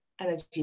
energy